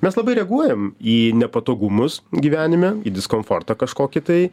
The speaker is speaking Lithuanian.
mes labai reaguojam į nepatogumus gyvenime į diskomfortą kažkokį tai